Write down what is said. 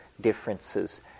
differences